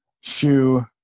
shoe